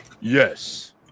Yes